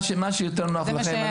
מה שיותר נוח לכם.